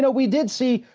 so we did see,